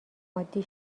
عادی